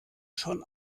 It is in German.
schon